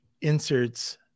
inserts